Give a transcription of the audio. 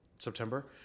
September